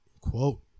quote